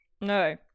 No